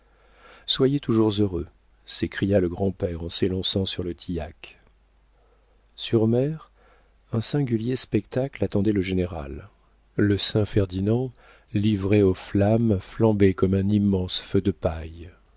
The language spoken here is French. soyez toujours heureux s'écria le grand-père en s'élançant sur le tillac sur mer un singulier spectacle attendait le général le saint ferdinand livré aux flammes flambait comme un immense feu de paille